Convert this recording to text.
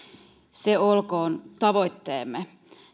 se olkoon tavoitteemme